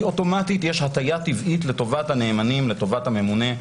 אוטומטית יש הטיה טבעית לטובת הנאמנים והממונה.